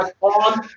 on